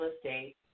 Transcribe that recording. estate